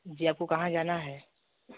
जी आपको कहाँ जाना है